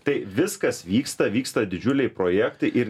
tai viskas vyksta vyksta didžiuliai projektai ir